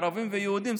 ערבים ויהודים,